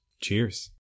Cheers